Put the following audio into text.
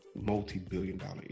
multi-billion-dollar